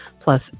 plus